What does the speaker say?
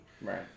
Right